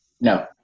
No